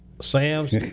Sam's